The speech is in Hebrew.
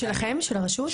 שלכם, של הרשות?